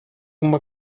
uma